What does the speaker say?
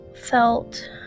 felt